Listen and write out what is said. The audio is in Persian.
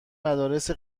مدارس